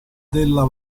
della